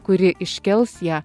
kuri iškels ją